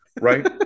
Right